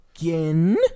Again